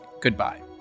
goodbye